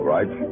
Right